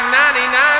99